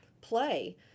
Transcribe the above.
play